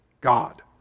God